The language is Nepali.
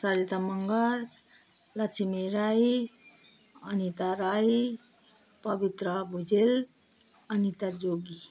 सरिता मगर लक्ष्मी राई अनिता राई पवित्रा भुजेल अनिता जोगी